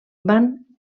van